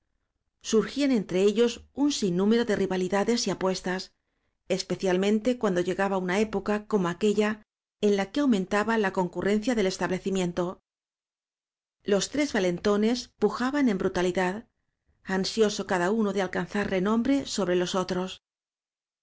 surjían entre ellos un sinnúmero de rivalidades y apuestas especialmente cuando llegaba una época como aquélla en la que aumentaba la concurrencia del establecimiento los tres va lentones pujaban en brutalidad ansioso cada uno de alcanzar renombre sobre los otros